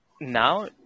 now